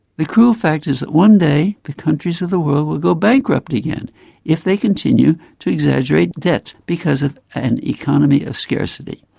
the cruel fact is that one day the countries of the world will go bankrupt again if they continue to exaggerate debt because of an economy of scarcity.